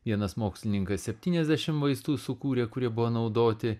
vienas mokslininkas septyniasdešim vaistų sukūrė kurie buvo naudoti